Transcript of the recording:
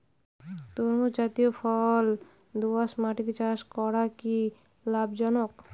তরমুজ জাতিয় ফল দোঁয়াশ মাটিতে চাষ করা কি লাভজনক?